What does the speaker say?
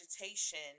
agitation